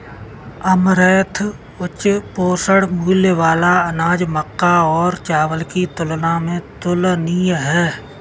amaranth उच्च पोषण मूल्य वाला अनाज मक्का और चावल की तुलना में तुलनीय है